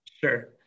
Sure